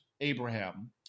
Abraham